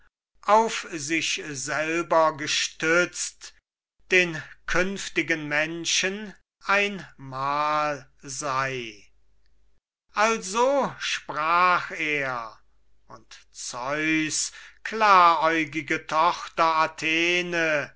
auf sich selber gestützt den künftigen menschen ein mal sei also sprach er und zeus klaräugige tochter athene